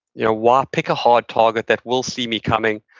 you know why pick a hard target that will see me coming,